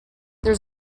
there